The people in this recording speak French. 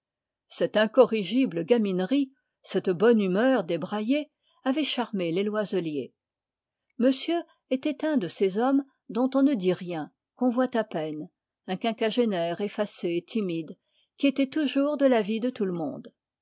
cette incorrigible gaminerie cette bonne humeur débraillée avaient charmé les loiselier monsieur était un de ces hommes dont on ne dit rien qu'on voit à peine un quinquagénaire effacé timide qui était toujours de l'avis de tout le monde